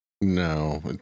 No